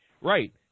right